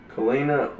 Kalina